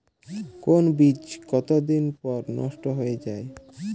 কোন বীজ কতদিন পর নষ্ট হয়ে য়ায়?